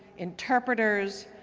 interpreters,